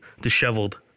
disheveled